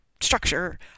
structure